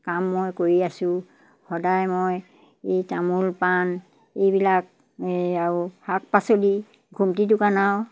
কাম মই কৰি আছোঁ সদায় মই এই তামোল পাণ এইবিলাক এই আৰু শাক পাচলি ঘুমটি দোকান আৰু